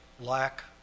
lack